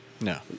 No